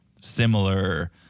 similar